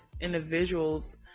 individuals